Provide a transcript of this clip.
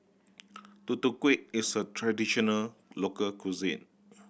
Tutu Kueh is a traditional local cuisine